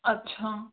अच्छा